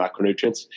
macronutrients